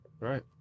Right